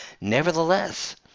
Nevertheless